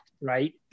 right